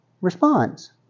responds